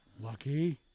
Lucky